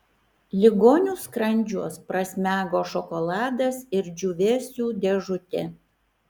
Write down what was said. ligonių skrandžiuos prasmego šokoladas ir džiūvėsių dėžutė